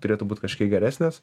turėtų būt kažkiek geresnės